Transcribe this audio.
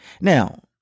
now